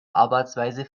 arbeitsweise